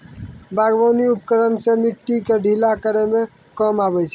बागबानी उपकरन सें मिट्टी क ढीला करै म काम आबै छै